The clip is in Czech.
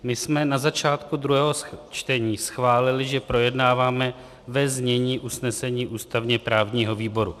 My jsme na začátku druhého čtení schválili, že projednáváme ve znění usnesení ústavněprávního výboru.